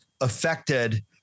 affected